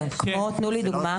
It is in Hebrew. תנו לי דוגמה.